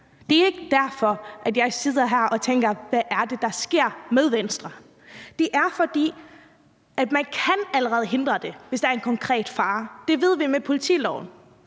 Det er ikke derfor, jeg sidder her og tænker: Hvad er det, der sker med Venstre? Det er, fordi man allerede kan forhindre det, hvis der er en konkret fare – det ved vi at vi kan med politiloven.